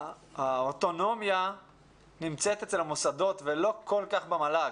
האוטונומיה נמצאת אצל המוסדות האקדמיים ולא במל"ג.